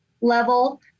level